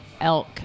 Elk